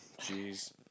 Jeez